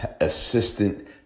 assistant